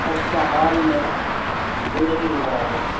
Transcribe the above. خستہ حال میں زندگی گزار رہے ہیں